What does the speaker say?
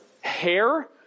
Hair